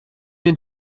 den